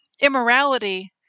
immorality